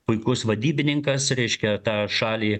puikus vadybininkas reiškia tą šalį